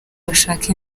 bashaka